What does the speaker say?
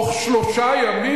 ואז הוא עושה מה שהוא מבין.